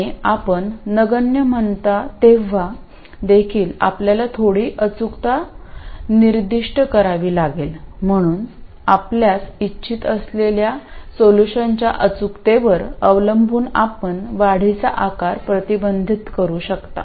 आणि आपण नगण्य म्हणता तेव्हा देखील आपल्याला थोडी अचूकता निर्दिष्ट करावी लागेल म्हणून आपल्यास इच्छित असलेल्या सोलुशनच्या अचूकतेवर अवलंबून आपण वाढीचा आकार प्रतिबंधित करू शकता